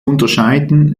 unterscheiden